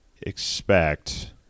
expect